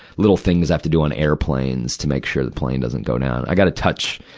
little things i have to do on airplanes to make sure the plane doesn't go down. i gotta touch,